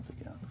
again